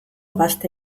gazte